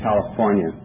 California